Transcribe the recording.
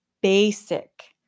basic